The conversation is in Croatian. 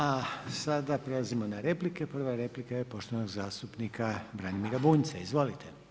A sada prelazimo na replike, prva replika je poštovanog zastupnika Branimira Bunjca, izvolite.